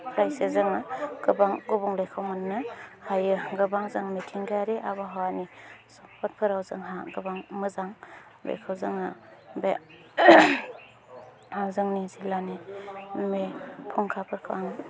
जोङो गोबां गुबुंलेखो मोननो हायो गोबां जों मिथिंगायारि आबहावानि बेफोराव जोंहा गोबां मोजां बेखौ जोङो बे जोंनि जिल्लानि बे फुंखाफोरखौ आं